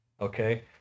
Okay